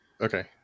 okay